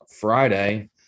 Friday